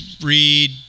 read